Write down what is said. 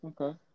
Okay